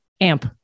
AMP